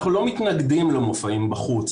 אנחנו לא מתנגדים למופעים בחוץ,